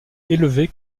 élevée